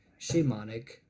shamanic